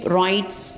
rights